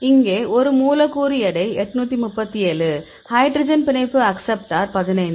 இங்கே ஒரு மூலக்கூறு எடை 837 ஹைட்ரஜன் பிணைப்பு அக்சப்ட்டார் 15